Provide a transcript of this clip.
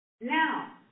Now